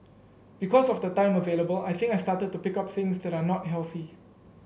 because of the time available I think I started to pick up things that are not healthy